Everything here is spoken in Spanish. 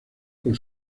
con